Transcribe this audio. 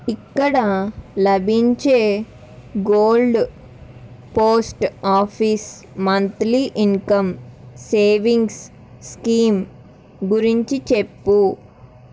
ఇక్కడ లభించే gold post office monthly income savings scheme గురించి చెప్పుము